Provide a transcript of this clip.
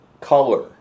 color